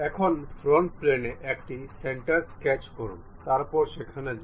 এখন ফ্রন্ট প্লেনে একটি সেন্টার স্কেচ করুন তারপর সেখানে যান